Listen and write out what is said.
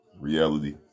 reality